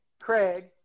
Craig